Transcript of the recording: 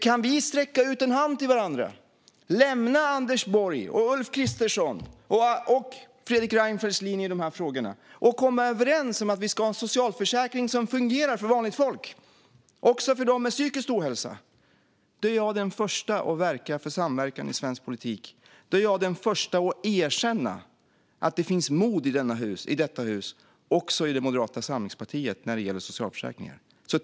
Kan vi sträcka ut en hand till varandra, lämna Anders Borgs, Ulf Kristerssons och Fredrik Reinfeldts linje i dessa frågor och komma överens om att vi ska ha en socialförsäkring som fungerar för vanligt folk, också för dem med psykisk ohälsa, är jag den första att verka för samverkan i svensk politik och att erkänna att det finns mod i detta hus, också i Moderata samlingspartiet när det gäller socialförsäkringar.